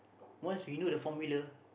once we know the formula